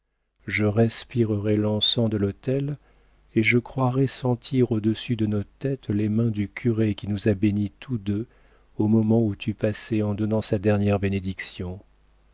je respirerai l'encens de l'autel et je croirai sentir au-dessus de nos têtes les mains du curé qui nous a bénis tous deux au moment où tu passais en donnant sa dernière bénédiction